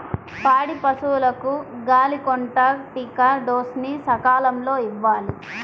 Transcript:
పాడి పశువులకు గాలికొంటా టీకా డోస్ ని సకాలంలో ఇవ్వాలి